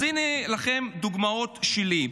אז הינה לכם הדוגמאות שלי.